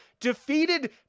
defeated